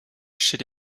chez